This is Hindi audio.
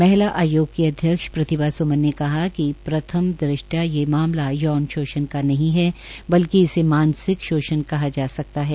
महिला आयोग की अध्यक्ष प्रतिभा स्मन ने कहा कि प्रथम दृष्टय ये मामला योन शोषण का नहीं है बलिक इसे मानसिक शोषण कहा जा सकता है